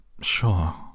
sure